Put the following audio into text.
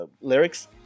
lyrics